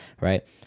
Right